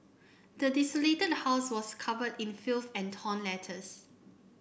the desolated house was covered in filth and torn letters